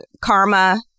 karma